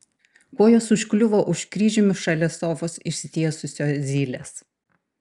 kojos užkliuvo už kryžiumi šalia sofos išsitiesusio zylės